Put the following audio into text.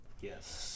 Yes